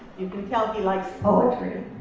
you can tell he likes poetry.